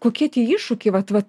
kokie tie iššūkiai vat vat